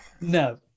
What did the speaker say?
No